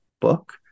book